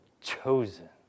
Chosen